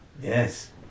Yes